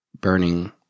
burning